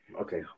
okay